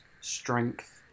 strength